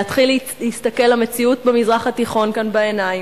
להתחיל להסתכל למציאות במזרח התיכון כאן בעיניים,